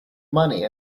money